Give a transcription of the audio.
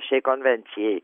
šiai konvencijai